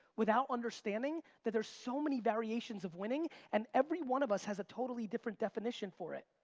without understanding that there's so many variations of winning, and every one of us has a totally different definition for it.